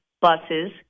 buses